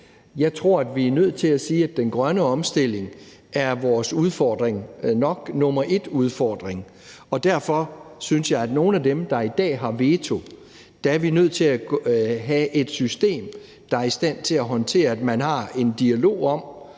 Jeg tror, at vi er nødt til at sige, at den grønne omstilling nok er vores udfordring nummer et. Derfor synes jeg, at vi i forhold til nogle af dem, der i dag har vetoret, er nødt til at have et system, der er i stand til at håndtere, at man har en dialog om,